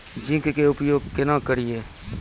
Zinc के उपयोग केना करये?